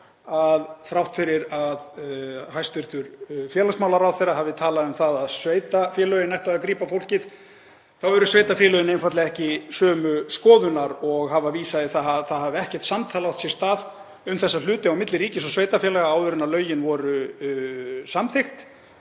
að þrátt fyrir að hæstv. félagsmálaráðherra hafi talað um að sveitarfélögin ættu að grípa fólkið þá eru sveitarfélögin einfaldlega ekki sömu skoðunar og hafa vísað í að það hafi ekkert samtal átt sér stað um þessa hluti á milli ríkis og sveitarfélaga áður en lögin voru samþykkt.